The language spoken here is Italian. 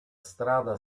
strada